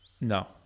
no